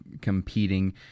competing